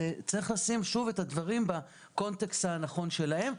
צריך לשים שוב את הדברים בקונטקסט הנכון שלהם,